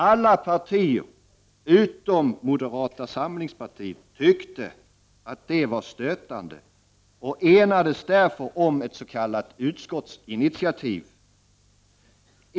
Alla partier utom moderata samlingspartiet tyckte att detta var stötande och enades därför om ett s.k. utskottsinitiativ.